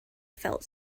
felt